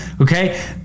Okay